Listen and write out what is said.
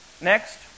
Next